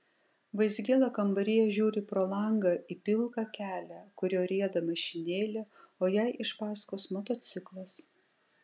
vaizgėla kambaryje žiūri pro langą į pilką kelią kuriuo rieda mašinėlė o jai iš paskos motociklas